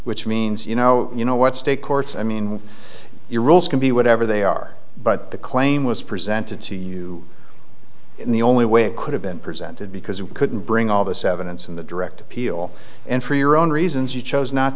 which means you know you know what state courts i mean your rules can be whatever they are but the claim was presented to you in the only way it could have been presented because you couldn't bring all this evidence in the direct appeal and for your own reasons you chose not